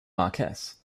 marquess